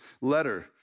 letter